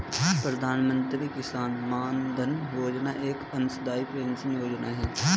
प्रधानमंत्री किसान मानधन योजना एक अंशदाई पेंशन योजना है